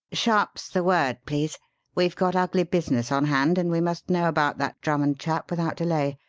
sharp's the word, please we've got ugly business on hand and we must know about that drummond chap without delay.